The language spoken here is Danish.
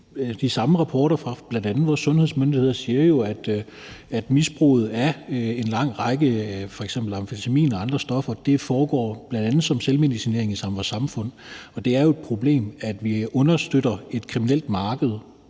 de samme rapporter fra bl.a. vores sundhedsmyndigheder, der jo siger, at misbruget af en lang række stoffer, f.eks. amfetamin og andre stoffer, bl.a. foregår som selvmedicinering i vores samfund. Og det er jo et problem, at vi understøtter et kriminelt marked